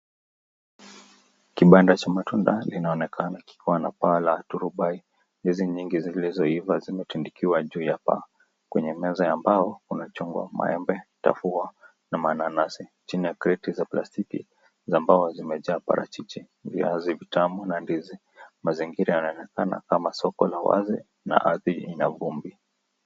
Kibanda cha matunda linaonekana kikiwa na paa la dhorubai. Ndizi nyingi zilizoiva zimetindikiwa juu ya paa. Kwenye meza ya mbao kuna chungwa ,maembe ,dhafua na mananasi .Chini ya kreti za plastiki za mbao zimejaa parachichi, viazi vitamu na ndizi. Mazingira yanaonekana kama soko la wazi na ardhi ina vumbi.